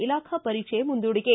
ಇಲಾಖಾ ಪರೀಕ್ಷೆ ಮುಂದೂಡಿಕೆ